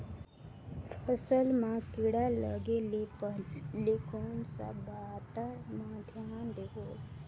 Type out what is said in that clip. फसल मां किड़ा लगे ले पहले कोन सा बाता मां धियान देबो?